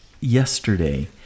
yesterday